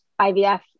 IVF